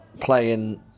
Playing